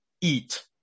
eat